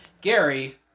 Gary